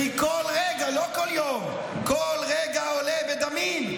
כי כל רגע, לא כל יום, כל רגע עולה בדמים.